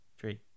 Three